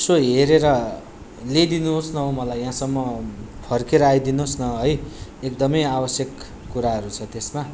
यसो हेरेर ल्याइदिनुहोस् न हौ मलाई यहाँसम्म फर्केर आइदिनुहोस् न है एकदमै आवश्यक कुराहरू छ त्यसमा